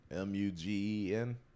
M-U-G-E-N